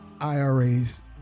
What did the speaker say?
IRAs